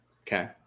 Okay